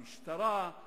המשטרה,